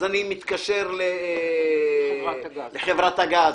אז אני מתקשר לחברת הגז,